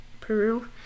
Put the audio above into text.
Peru